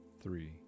three